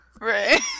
Right